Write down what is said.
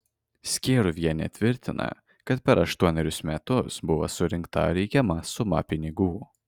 skėruvienė tvirtina kad per aštuonerius metus buvo surinkta reikiama suma pinigų